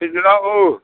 फैदोल' औ